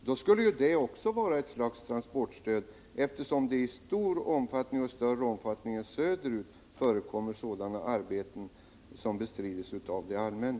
Då skulle det också vara ett slags transportstöd, eftersom sådana arbeten, för vilka kostnaderna bestrids av det allmänna, där förekommer i större omfattning än söderut.